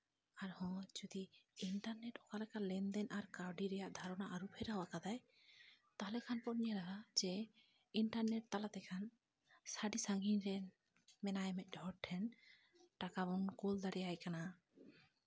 ᱟᱨᱦᱚᱸ ᱡᱩᱫᱤ ᱤᱱᱴᱟᱨᱱᱮᱴ ᱚᱠᱟ ᱞᱮᱠᱟ ᱞᱮᱱᱫᱮᱱ ᱟᱨ ᱠᱟᱹᱣᱰᱤ ᱨᱮᱭᱟᱜ ᱫᱷᱟᱨᱚᱱᱟ ᱟᱹᱨᱩ ᱯᱷᱮᱨᱟᱣ ᱟᱠᱟᱫᱟᱭ ᱛᱟᱦᱞᱮ ᱠᱷᱟᱱ ᱵᱚᱱ ᱧᱮᱞᱟ ᱡᱮ ᱤᱱᱴᱟᱨᱱᱮᱹᱴ ᱛᱟᱞᱟ ᱛᱮᱠᱷᱟᱱ ᱟᱹᱰᱤ ᱥᱟᱺᱜᱤᱧ ᱨᱮᱢᱮᱱᱟᱭ ᱢᱤᱫᱴᱮᱱ ᱦᱚᱲ ᱴᱷᱮᱱ ᱴᱟᱠᱟ ᱵᱚᱱ ᱠᱩᱞ ᱫᱟᱲᱮᱭᱟᱭ ᱠᱟᱱᱟ